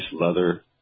leather